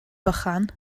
bychan